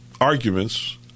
arguments